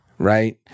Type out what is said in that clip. right